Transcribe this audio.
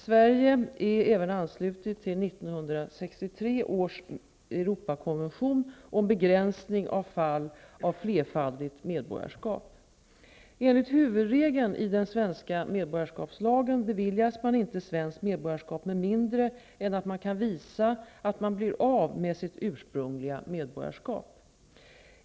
Sverige är även anslutet till 1963 års Europarådskonvention om begränsning av fall av flerfaldigt medborgarskap. Enligt huvudregeln i den svenska medborgarskapslagen beviljas man inte svenskt medborgarskap med mindre än att man kan visa att man blir av med sitt ursprungliga medborgarskap.